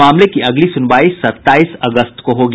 मामले की अगली सुनवाई सत्ताईस अगस्त को होगी